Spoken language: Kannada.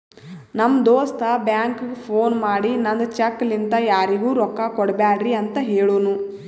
ನಮ್ ದೋಸ್ತ ಬ್ಯಾಂಕ್ಗ ಫೋನ್ ಮಾಡಿ ನಂದ್ ಚೆಕ್ ಲಿಂತಾ ಯಾರಿಗೂ ರೊಕ್ಕಾ ಕೊಡ್ಬ್ಯಾಡ್ರಿ ಅಂತ್ ಹೆಳುನೂ